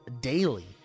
daily